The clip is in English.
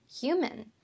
human